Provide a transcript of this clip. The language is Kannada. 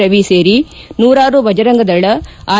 ರವಿ ಸೇರಿ ನೂರಾರು ಭಜರಂಗದಳ ಆರ್